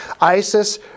Isis